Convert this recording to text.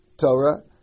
Torah